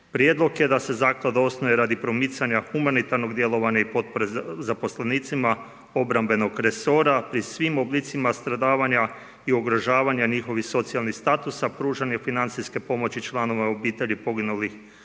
Prijedlog je da se zaklada osnuje radi promicanja humanitarnog djelovanja i potpore zaposlenicima obrambenog resora pri svim oblicima stradavanja i ugrožavanja njihovih socijalnih statusa, pružanje financijske pomoći članova obitelji poginulih osoba,